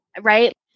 right